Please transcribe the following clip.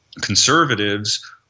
conservatives